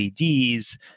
LEDs